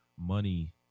money